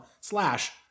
slash